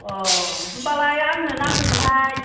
अ होनबालाय आंनो नांगौमोनहाय